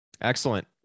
Excellent